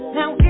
Now